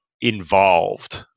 involved